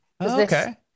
okay